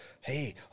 hey